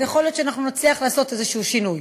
ויכול להיות שאנחנו נצליח לעשות איזשהו שינוי.